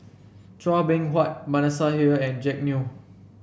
Chua Beng Huat Manasseh Meyer and Jack Neo